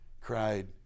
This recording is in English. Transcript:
cried